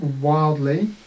wildly